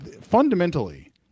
fundamentally